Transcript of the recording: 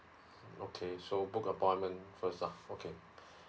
okay so book appointment first lah okay